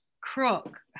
Crook